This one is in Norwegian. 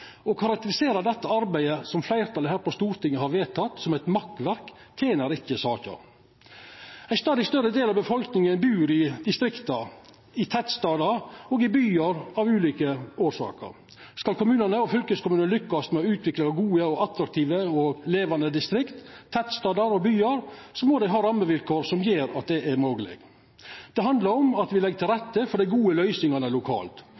dette arbeidet, som fleirtalet her på Stortinget har vedteke, som eit makkverk, tener ikkje saka. Ein stadig større del av befolkninga bur i distriktssenter, tettstader og byar, av ulike årsaker. Skal kommunane og fylkeskommunane lykkast med å utvikla gode, attraktive og levande distrikt, tettstader og byar, må dei ha rammevilkår som gjer at det er mogleg. Det handlar om at me legg til rette for dei gode løysingane lokalt,